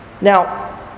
Now